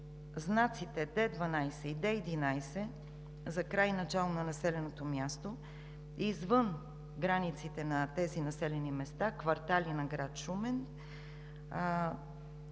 знаците Д12 и Д11 за „Край“ и „Начало“ на населеното място извън границите на тези населени места, квартали на град Шумен,